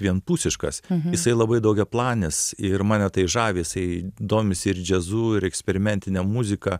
vienpusiškas jisai labai daugiaplanis ir mane tai žavi jisai domisi ir džiazu ir eksperimentine muzika